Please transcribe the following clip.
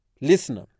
listener